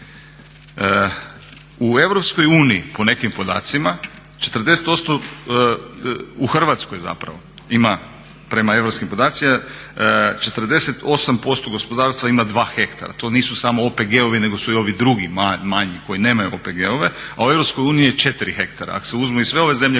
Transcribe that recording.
U EU po nekim podacima 40% u Hrvatskoj zapravo ima prema europskim podacima 48% gospodarstva ima 2 ha. To nisu samo OPG-ovi nego su i ovi drugi, manji koji nemaju OPG-ove, a u EU je 4ha ako se uzmu i sve ove zemlje